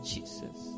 Jesus